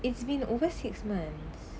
it's been over six months